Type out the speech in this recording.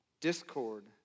Discord